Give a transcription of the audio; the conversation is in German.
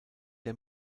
der